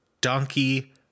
donkey